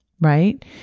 right